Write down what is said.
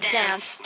dance